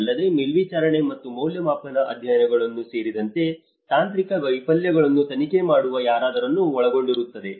ಅಲ್ಲದೆ ಮೇಲ್ವಿಚಾರಣೆ ಮತ್ತು ಮೌಲ್ಯಮಾಪನ ಅಧ್ಯಯನಗಳು ಸೇರಿದಂತೆ ತಾಂತ್ರಿಕ ವೈಫಲ್ಯಗಳನ್ನು ತನಿಖೆ ಮಾಡುವ ಯಾರಾದರನ್ನು ಒಳಗೊಂಡಿರುತ್ತದೆ